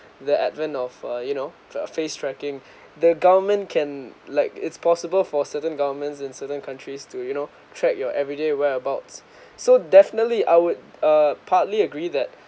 the advent of uh you know fa~ face tracking the government can like it's possible for certain governments in certain countries to you know track your everyday whereabouts so definitely I would uh partly agree that